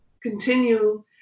continue